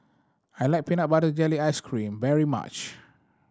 I like peanut butter jelly ice cream very much